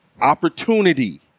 opportunity